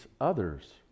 others